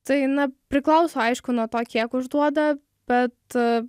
tai na priklauso aišku nuo to kiek užduoda bet